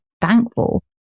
thankful